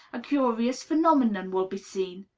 a curious phenomenon will be seen.